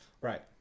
Right